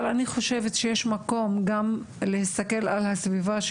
אבל אני חושבת שיש מקום להסתכל גם על הסביבה עצמה,